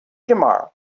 tomorrow